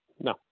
No